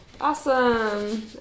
Awesome